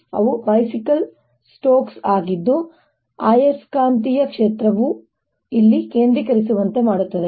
ಅವು bicycle spokes ಆಗಿದ್ದು ಆಯಸ್ಕಾಂತೀಯ ಕ್ಷೇತ್ರವನ್ನು ಇಲ್ಲಿ ಕೇಂದ್ರೀಕರಿಸುವಂತೆ ಮಾಡುತ್ತದೆ